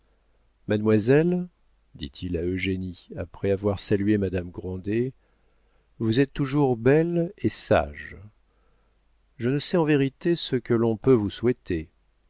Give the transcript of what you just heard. mademoiselle dit-il à eugénie après avoir salué madame grandet vous êtes toujours belle et sage je ne sais en vérité ce que l'on peut vous souhaiter